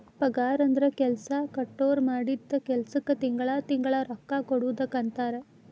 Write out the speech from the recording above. ಪಗಾರಂದ್ರ ಕೆಲ್ಸಾ ಕೊಟ್ಟೋರ್ ಮಾಡಿದ್ ಕೆಲ್ಸಕ್ಕ ತಿಂಗಳಾ ತಿಂಗಳಾ ರೊಕ್ಕಾ ಕೊಡುದಕ್ಕಂತಾರ